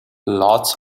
lots